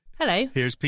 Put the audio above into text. Hello